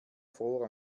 fror